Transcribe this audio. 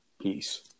Peace